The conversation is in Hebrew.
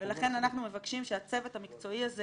ולכן, אנחנו מבקשים שהצוות המקצועי הזה